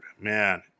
man